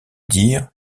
dire